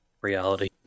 reality